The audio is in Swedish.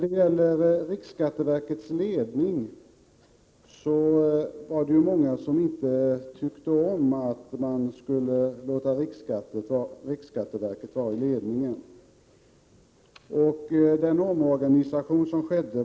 Många tyckte inte om riksskatteverkets ledningsfunktion. En del av kronofogdarna var heller inte särskilt intresserade av den omorganisation som skedde.